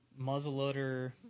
muzzleloader